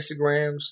Instagrams